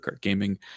Gaming